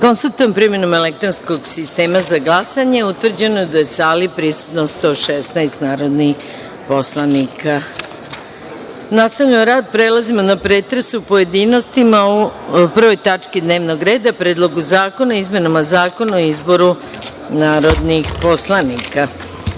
da je, primenom elektronskog sistema za glasanje, utvrđeno da je u sali prisutno 116 narodnih poslanika. Nastavljamo rad. Prelazimo na pretres u pojedinostima o 1. tački dnevnog reda - Predlogu zakona o izmenama Zakona o izboru narodnih poslanika. Primili